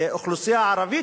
האוכלוסייה הערבית,